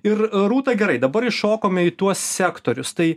ir rūta gerai dabar įšokome į tuos sektorius tai